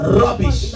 rubbish